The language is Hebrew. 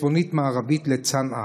צפונית מערבית לצנעא,